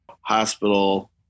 hospital